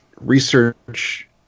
research